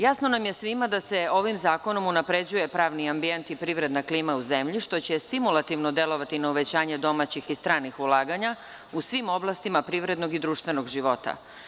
Jasno nam je svima da se ovim zakonom unapređuje pravni ambijent i privredna klima u zemlji, što će stimulativno delovati na uvećanje domaćih i stranih ulaganja u svim oblastima privrednog i društvenog života.